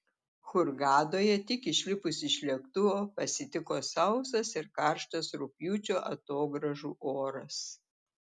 hurgadoje tik išlipus iš lėktuvo pasitiko sausas ir karštas rugpjūčio atogrąžų oras